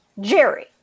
Jerry